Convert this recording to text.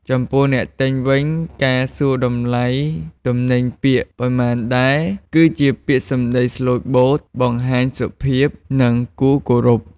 ចំពោះអ្នកទិញវិញ ការសួរតម្លៃទំនិញពាក្យ “ប៉ុន្មានដែរ” គឺជាពាក្យសម្ដីស្លូតបូត បង្ហាញសុភាព និងគួរគោរព។